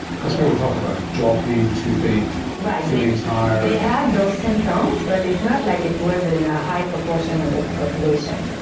because people talk about jaw pain, toothache, feeling tired had those symptoms, but it's not like it was in a high proportion of the population.